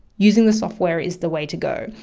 using the software is the way to go.